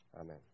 Amen